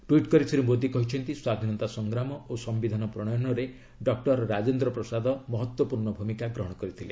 tweet କରି ଶ୍ରୀ ମୋଦି କହିଛନ୍ତି ସ୍ୱାଧୀନତା ସଂଗ୍ରାମ ଓ ସମ୍ଭିଧାନ ପ୍ରଶୟନରେ ଡକ୍ଟର ରାଜେନ୍ଦ୍ର ପ୍ରସାଦ ମହତ୍ତ୍ୱପୂର୍ଷ୍ଣ ଭୂମିକା ଗ୍ରହଣ କରିଥିଲେ